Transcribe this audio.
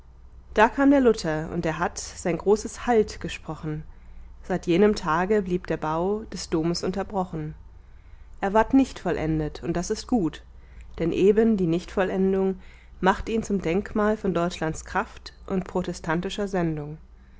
da kam der luther und er hat sein großes halt gesprochen seit jenem tage blieb der bau des domes unterbrochen er ward nicht vollendet und das ist gut denn eben die nichtvollendung macht ihn zum denkmal von deutschlands kraft und protestantischer sendung